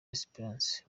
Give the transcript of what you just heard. espérance